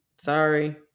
Sorry